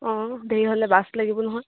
অঁ দেৰি হ'লে বাছ লাগিব নহয়